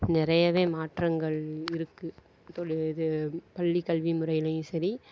நிறையவே மாற்றங்கள் இருக்குது தொழி இது பள்ளி கல்வி முறையிலேயும் சரி